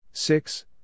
Six